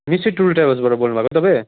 निस्सी टुर ट्र्याभल्सबाट बोल्नुभएको तपाईँ